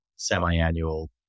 semi-annual